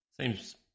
Seems